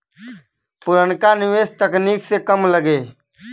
पुरनका निवेस तकनीक से कम लगे